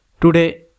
today